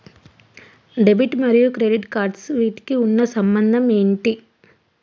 Debit మరియు credit cards వీటికి ఉన్న సంబంధం ఏంటి?